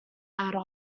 ada